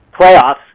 playoffs